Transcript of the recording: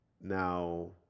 Now